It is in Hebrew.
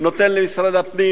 נותן למשרד הפנים,